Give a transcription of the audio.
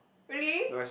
really